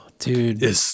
Dude